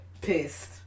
Pissed